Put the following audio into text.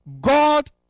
God